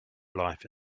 life